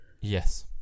Yes